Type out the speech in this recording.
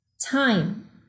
Time